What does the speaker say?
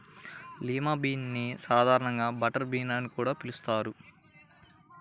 lima bean ని సాధారణంగా butter bean అని కూడా పిలుస్తారు